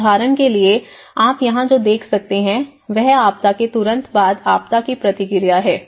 उदाहरण के लिए आप यहां जो देख सकते हैं वह आपदा के तुरंत बाद आपदा की प्रतिक्रिया है